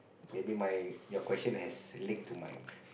maybe my your question has link to mine